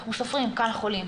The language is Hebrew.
אנחנו סופרים כמה חולים,